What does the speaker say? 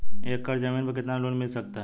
एक एकड़ जमीन पर कितना लोन मिल सकता है?